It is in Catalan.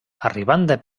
arribant